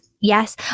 yes